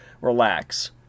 Relax